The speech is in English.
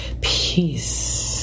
peace